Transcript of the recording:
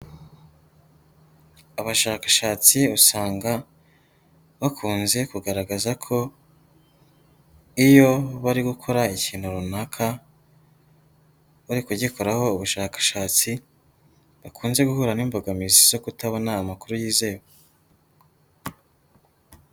Abashakashatsi usanga bakunze kugaragaza ko iyo bari gukora ikintu runaka bari kugikoraho ubushakashatsi bakunze guhura n'imbogamizi zo kutabona amakuru yizewe.